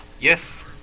Yes